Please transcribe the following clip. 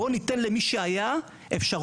בואו ניתן למי שהיה אפשרות,